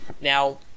Now